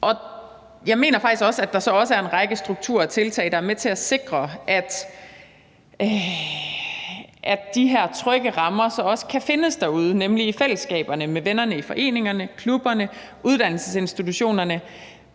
Jeg mener faktisk også, at der er en række strukturer og tiltag, der er med til at sikre, at de her trygge rammer så også kan findes derude, nemlig i fællesskaberne med vennerne og i foreningerne, klubberne og uddannelsesinstitutionerne.